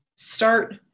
Start